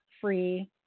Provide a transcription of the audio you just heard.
free